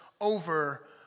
over